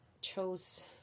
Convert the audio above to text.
chose